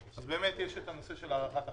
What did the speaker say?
יש את הנושא של הארכת החל"ת,